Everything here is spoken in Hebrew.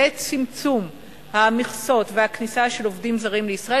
ואם צמצום המכסות והכניסה של עובדים זרים לישראל,